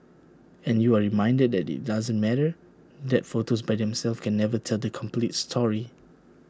and you are reminded that IT doesn't matter that photos by themselves can never tell the complete story